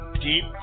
deep